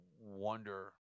wonder